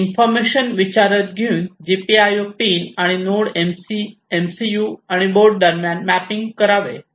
ही information विचारात घेऊन GPIO pin आणि नोड एमसीयू आणि बोर्ड दरम्यान मॅपिंग करावे